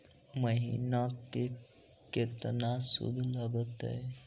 महिना में केतना शुद्ध लगतै?